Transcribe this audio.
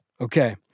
Okay